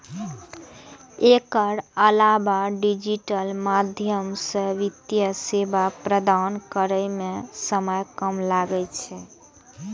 एकर अलावा डिजिटल माध्यम सं वित्तीय सेवा प्रदान करै मे समय कम लागै छै